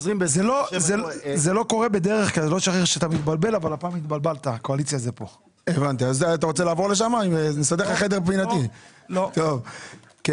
עוד פעם להיסטוריה לשנים 22', 21' ו-20',